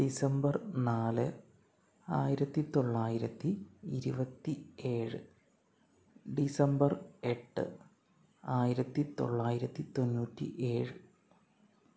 December നാല് ആയിരത്തി തൊള്ളായിരത്തി ഇരുപത്തി ഏഴ് ഡിസംബർ എട്ട് ആയിരത്തി തൊള്ളായിരത്തി തൊണ്ണൂറ്റി ഏഴ്